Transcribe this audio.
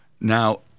Now